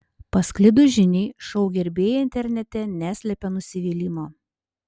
pasklidus žiniai šou gerbėjai internete neslepia nusivylimo